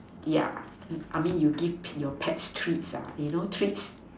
yeah I mean you give your pets treats you know treats